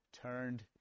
turned